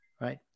right